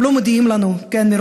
הם לא מודיעים לנו מראש,